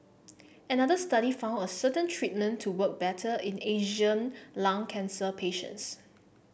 another study found a certain treatment to work better in Asian lung cancer patients